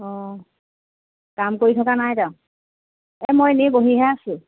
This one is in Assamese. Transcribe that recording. অঁ কাম কৰি থকা নাইতো এই মই এনেই বহিহে আছোঁ